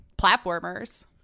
platformers